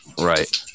Right